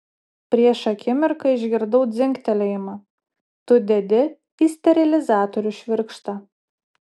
prieš akimirką išgirdau dzingtelėjimą tu dedi į sterilizatorių švirkštą